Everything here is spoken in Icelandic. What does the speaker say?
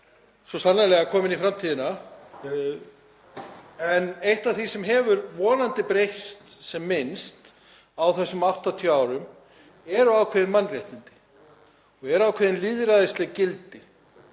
svo sannarlega komin inn í framtíðina, en eitt af því sem hefur vonandi breyst sem minnst á þessum 80 árum eru ákveðin mannréttindi og ákveðin lýðræðisleg gildi.